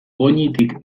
goñitik